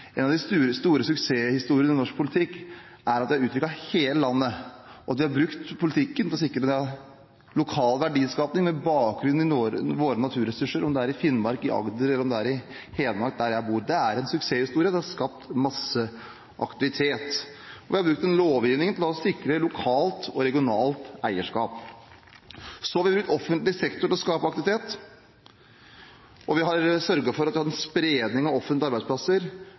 En av de store suksesshistoriene i norsk politikk er at vi har utviklet hele landet, at vi har brukt politikken til å sikre lokal verdiskaping med bakgrunn i våre naturressurser – om det er i Finnmark, i Agder eller i Hedmark, der jeg bor. Det er en suksesshistorie. Det har skapt masse aktivitet. Vi har brukt lovgivningen til å sikre lokalt og regionalt eierskap. Så har vi brukt offentlig sektor til å skape aktivitet. Vi har sørget for at vi har en spredning av offentlige arbeidsplasser